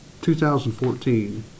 2014